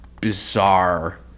bizarre